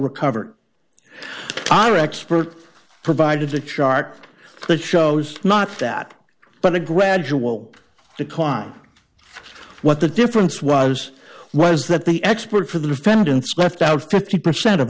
recovered our expert provided the chart that shows not that but a gradual decline what the difference was was that the expert for the defendants left out fifty percent of